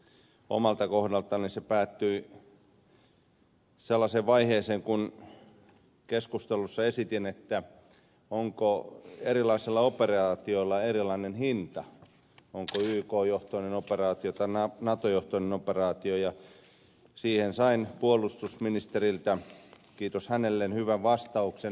omalta kohdaltani se päättyi sellaiseen vaiheeseen kun keskustelussa esitin onko erilaisilla operaatioilla erilainen hinta kun on kyseessä yk johtoinen operaatio tai nato johtoinen operaatio ja siihen sain puolustusministeriltä kiitos hänelle hyvän vastauksen